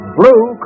blue